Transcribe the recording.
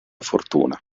fortuna